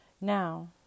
Now